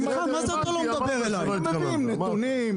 היינו מביאים נתונים,